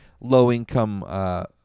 low-income